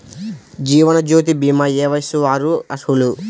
జీవనజ్యోతి భీమా ఏ వయస్సు వారు అర్హులు?